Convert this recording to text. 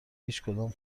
هیچکدام